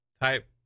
type